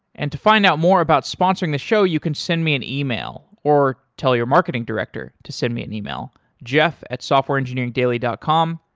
and to find out more about sponsoring the show, you can send me an yeah e-mail or tell your marketing director to send me an e-mail jeff at softwareengineeringdaily dot com.